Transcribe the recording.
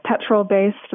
petrol-based